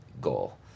goal